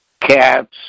cats